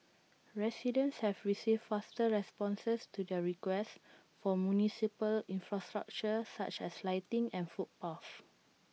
residents have received faster responses to their requests for municipal infrastructure such as lighting and footpaths